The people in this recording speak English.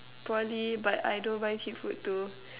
probably but I don't buy cheap food too